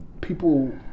people